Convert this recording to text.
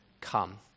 Come